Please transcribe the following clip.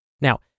Now